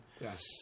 yes